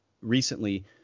recently